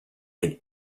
and